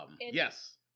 Yes